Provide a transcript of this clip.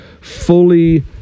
fully